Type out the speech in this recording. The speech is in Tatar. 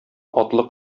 атлы